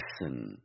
listen